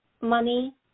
money